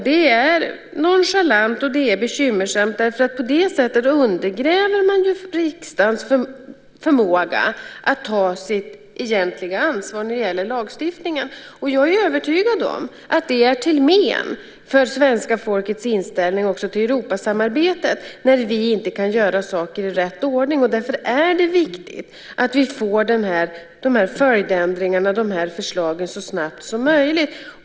Det är nonchalant och bekymmersamt, för på det sättet undergräver man riksdagens förmåga att ta sitt egentliga ansvar när det gäller lagstiftningen. Jag är övertygad om att det också är till men för svenska folkets inställning till Europasamarbetet när vi inte kan göra saker i rätt ordning. Därför är det viktigt att vi får förslagen till följdändringar så snabbt som möjligt.